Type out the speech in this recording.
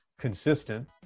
consistent